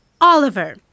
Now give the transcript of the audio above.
Oliver